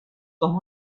com